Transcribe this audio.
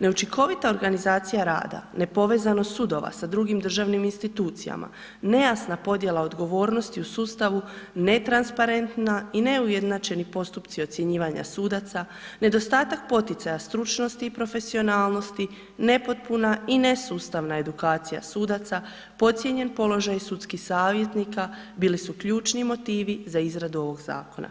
neučinkovita organizacija rada, nepovezanost sudova sa drugim državnim institucijama, nejasna podjela odgovornosti u sustavu, netransparentna i neujednačeni postupci ocjenjivanja sudaca, nedostatak poticaja stručnosti i profesionalnosti, nepotpuna i nesustavna edukacija sudaca, podcijenjen položaj sudskih savjetnika bili su ključni motivi za izradu ovog zakona.